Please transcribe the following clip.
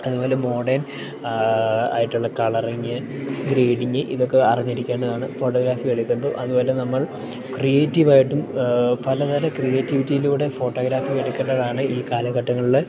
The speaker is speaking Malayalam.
അതുപോലെ മോഡേൺ ആയിട്ടുള്ള കളറിംഗ് ഗ്രൈഡിങ് ഇതൊക്കെ അറിഞ്ഞിരിക്കേണ്ടതാണ് ഫോട്ടോഗ്രാഫി എടുക്കുമ്പോൾ അതുപോലെ നമ്മൾ ക്രിയേറ്റീവായിട്ടും പലതര ക്രിയേറ്റിവിറ്റിയിലൂടെ ഫോട്ടോഗ്രാഫി എടുക്കേണ്ടതാണ് ഈ കാലഘട്ടങ്ങളിൽ